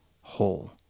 whole